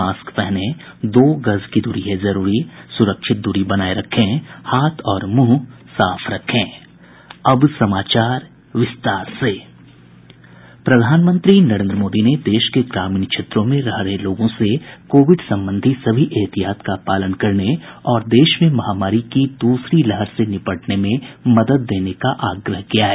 mask पहनें दो गज दूरी है जरूरी सुरक्षित दूरी बनाये रखें हाथ और मुंह साफ रखें प्रधानमंत्री नरेन्द्र मोदी ने देश के ग्रामीण क्षेत्रों में रह रहे लोगों से कोविड संबंधी सभी एहतियात का पालन करने और देश में महामारी की दूसरी लहर से निपटने में मदद देने का आग्रह किया है